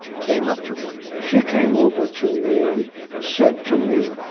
came up to reuther she came over to me and said to me,